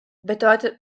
bedeutet